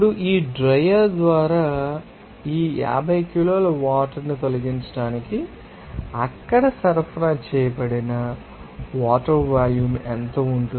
ఇప్పుడు ఈ డ్రైయర్ ద్వారా ఈ 50 కిలోల వాటర్ ని తొలగించడానికి అక్కడ సరఫరా చేయబడిన వాటర్ వాల్యూమ్ ఎంత ఉంటుంది